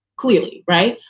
clearly. right.